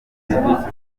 serivisi